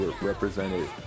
represented